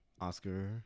Oscar